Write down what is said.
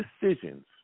decisions